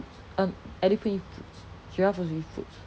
um elephant eat fruits giraffe also eat fruits